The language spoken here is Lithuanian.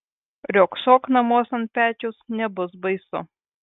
riogsok namuos ant pečiaus nebus baisu